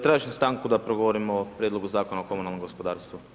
Tražim stanku da progovorim o Prijedlogu zakona o komunalnom gospodarstvu.